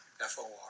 F-O-R